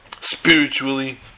spiritually